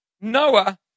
Noah